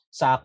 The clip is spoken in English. sa